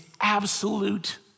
absolute